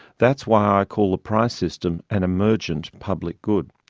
that's why i call the price system an emergent public good.